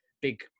Big